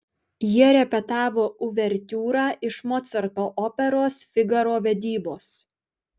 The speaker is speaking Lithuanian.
jie repetavo uvertiūrą iš mocarto operos figaro vedybos